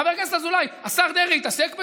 חבר הכנסת אזולאי, השר דרעי יתעסק בזה?